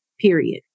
period